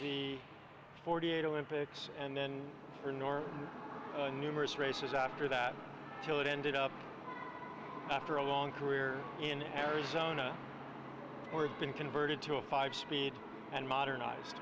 the forty eight olympics and then for nor numerous races after that till it ended up after a long career in arizona where it's been converted to a five speed and modernized